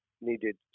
needed